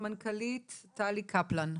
מנכ"לית, טלי קפלן.